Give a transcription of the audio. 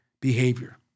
behavior